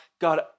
God